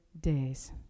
days